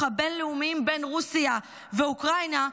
הבין-לאומיים בין רוסיה ואוקראינה,